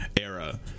era